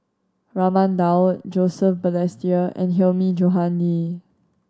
Raman Daud Joseph Balestier and Hilmi Johandi